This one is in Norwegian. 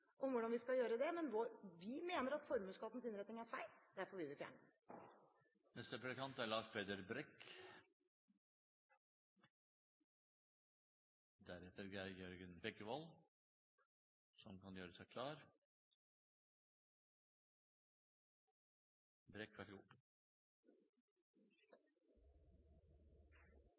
om hvordan vi skal gjøre det. Men vi mener at formuesskattens innretning er feil. Derfor vil vi fjerne den. I Senterpartiet er